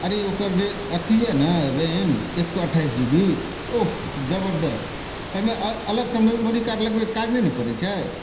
अरे ओकर जे अथी यए ने रैम एक सए अट्ठाइस जी बी ओह जबरदस्त ओहिमे अलगसँ मेमोरी कार्ड लगबैके काज नहि ने पड़ैत छै